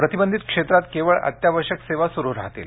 प्रतिबंधित क्षेत्रात केवळ अत्यावश्यक सेवा सुरू राहतील